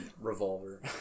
revolver